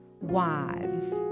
wives